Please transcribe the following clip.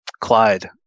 Clyde